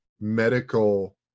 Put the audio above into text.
medical